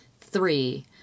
Three